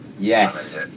Yes